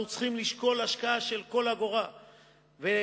אנחנו צריכים לשקול השקעה של כל אגורה ולתת